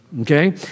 Okay